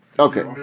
Okay